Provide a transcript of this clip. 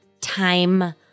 time